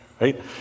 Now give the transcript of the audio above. right